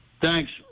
Thanks